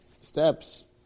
Steps